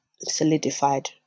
solidified